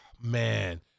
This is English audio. man